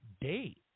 date